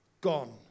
gone